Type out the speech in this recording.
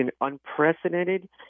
unprecedented